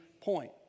point